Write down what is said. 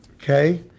okay